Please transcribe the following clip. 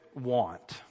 want